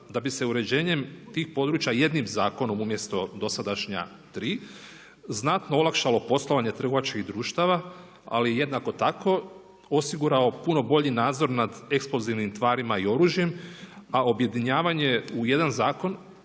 da bi se uređenjem tih područja jednim zakonom umjesto dosadašnja tri znatno olakšalo poslovanje trgovačkih društava, ali jednako tako osigurao puno bolji nadzor nad eksplozivnim tvarima i oružjem, a objedinjavanje u jedan zakon